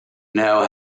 know